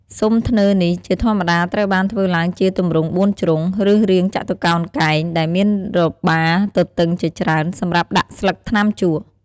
ស៊ុមធ្នើរនេះ ជាធម្មតាត្រូវបានធ្វើឡើងជាទម្រង់បួនជ្រុង ឬរាងចតុកោណកែង ដែលមានរបារទទឹងជាច្រើនសម្រាប់ដាក់ស្លឹកថ្នាំជក់។